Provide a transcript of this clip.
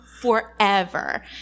forever